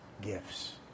gifts